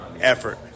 effort